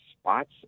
spots